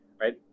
right